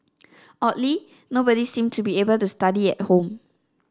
oddly nobody seemed to be able to study at home